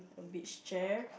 beach chair